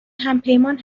همپیمان